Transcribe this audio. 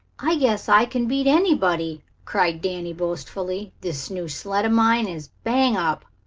i guess i can beat anybody! cried danny boastfully. this new sled of mine is bang-up.